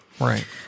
Right